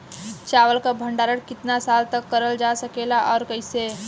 चावल क भण्डारण कितना साल तक करल जा सकेला और कइसे?